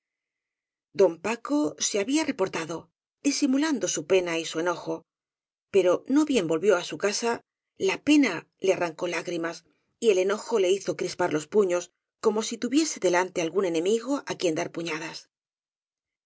don paco se había reportado disimulando su pena y su enojo pero no bien volvió á su casa la pena le arrancó lágrimas y el enojo le hizo crispar los puños como si tuviese delante algún enemigo á quien dar